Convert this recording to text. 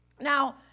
Now